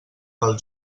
pel